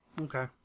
Okay